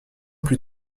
plus